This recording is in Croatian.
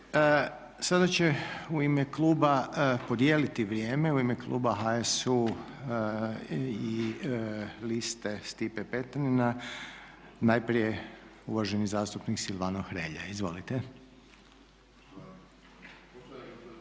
Sada će u ime kluba podijeliti vrijeme, u ime Kluba HSU i Liste Stipe Petrina najprije uvaženi zastupnik Silvano Hrelja. Izvolite.